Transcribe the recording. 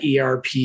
ERP